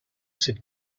cette